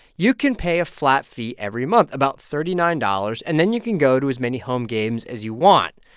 you can pay a flat fee every month about thirty nine dollars. and then you can go to as many home games as you want,